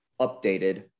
updated